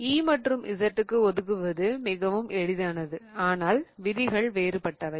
E மற்றும் Z க்கு ஒதுக்குவது மிகவும் எளிதானது ஆனால் விதிகள் வேறுபட்டவை